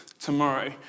tomorrow